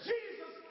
Jesus